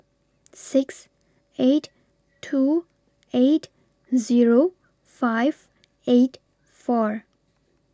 six eight two eight Zero five eight four